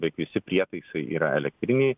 beveik visi prietaisai yra elektriniai